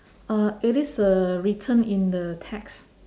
uh it is uh written in the text